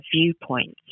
viewpoints